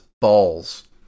balls